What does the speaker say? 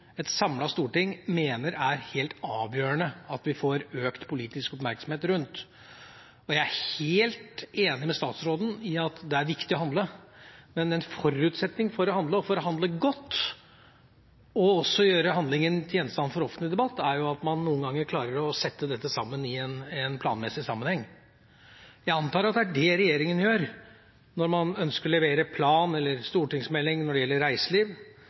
et samlet storting mener det er helt avgjørende at vi får økt politisk oppmerksomhet rundt. Jeg er helt enig med statsråden i at det er viktig å handle. Men en forutsetning for å handle, og for å handle godt og også gjøre handlingen til gjenstand for offentlig debatt, er at man noen ganger klarer å sette dette sammen i en planmessig sammenheng. Jeg antar at det er det regjeringen gjør når man ønsker å levere en plan eller stortingsmelding når det gjelder reiseliv